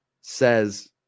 says